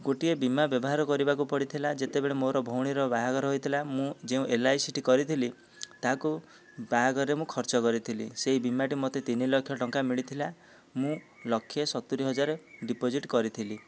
ଗୋଟିଏ ବୀମା ବ୍ୟବହାର କରିବାକୁ ପଡ଼ିଥିଲା ଯେତେବେଳେ ମୋର ଭଉଣୀର ବାହାଘର ହୋଇଥିଲା ମୁଁ ଯେଉଁ ଏଲ୍ଆଇସିଟି କରିଥିଲି ତାହାକୁ ବାହାଘରରେ ମୁଁ ଖର୍ଚ୍ଚ କରିଥିଲି ସେଇ ବୀମାଟି ମୋତେ ତିନିଲକ୍ଷ ଟଙ୍କା ମିଳିଥିଲା ମୁଁ ଲକ୍ଷେ ସତୁରି ହଜାର ଡିପୋଜିଟ୍ କରିଥିଲି